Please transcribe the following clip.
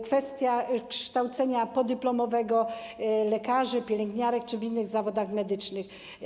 Kwestia kształcenia podyplomowego, lekarzy, pielęgniarek czy w przypadku innych zawodów medycznych.